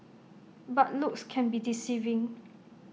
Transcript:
but looks can be deceiving